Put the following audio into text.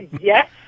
yes